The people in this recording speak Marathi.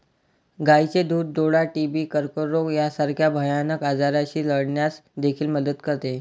गायीचे दूध डोळा, टीबी, कर्करोग यासारख्या भयानक आजारांशी लढण्यास देखील मदत करते